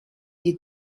die